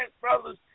brothers